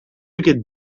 aquest